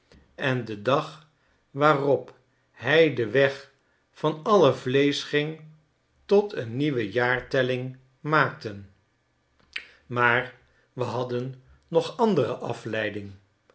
en den dag waarop hij den weg van alle vleesche ging tot een nieuwe jaartelling maakten maar we hadden nog andere afleiding